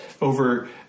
over